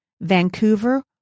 Vancouver